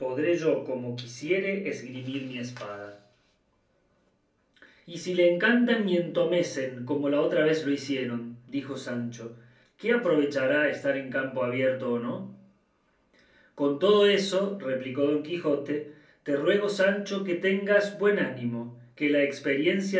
como quisiere esgremir mi espada y si le encantan y entomecen como la otra vez lo hicieron dijo sancho qué aprovechará estar en campo abierto o no con todo eso replicó don quijote te ruego sancho que tengas buen ánimo que la experiencia